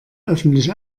öffentlich